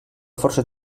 força